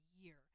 year